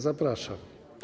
Zapraszam.